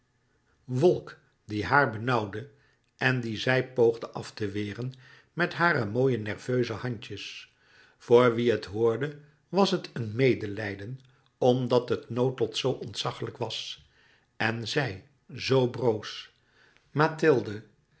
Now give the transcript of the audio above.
wolk die haar benauwde en die zij poogde af te weren met hare mooie nerveuze handjes voor wie het hoorde was het een medelijden omdat het noodlot zoo ontzaglijk was en zij zoo broos mathilde